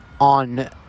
on